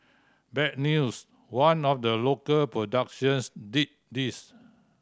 bad news one of the local productions did this